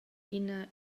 ina